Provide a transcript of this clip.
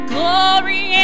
glory